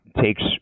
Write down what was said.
takes